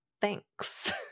thanks